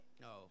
No